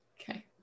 okay